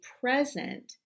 present